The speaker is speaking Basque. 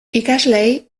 ikasleei